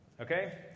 Okay